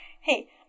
Hey